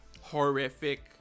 horrific